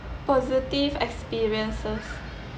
positive experiences